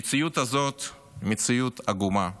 המציאות הזאת היא מציאות עגומה בדרום,